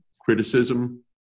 criticism